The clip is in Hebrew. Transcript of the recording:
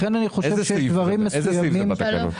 איזה סעיף זה בתקנות?